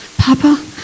Papa